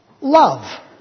love